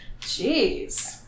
jeez